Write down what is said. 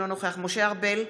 אינו נוכח משה ארבל,